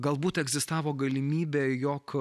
galbūt egzistavo galimybė jog